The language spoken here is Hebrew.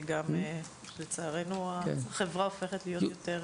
זה גם זה שלצערנו החברה הופכת להיות יותר